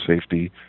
safety